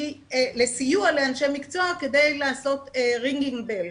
היא לסיוע לאנשי מקצוע כדי לעשות ringing bell.